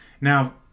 Now